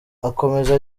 akomeza